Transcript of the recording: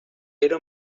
era